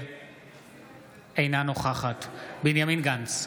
אינה נוכחת בנימין גנץ,